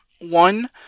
One